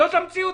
זאת המציאות,